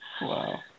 Wow